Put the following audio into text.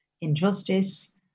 injustice